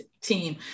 team